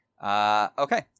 Okay